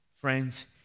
friends